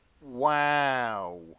Wow